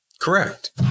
Correct